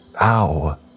Ow